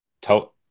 tell